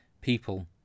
people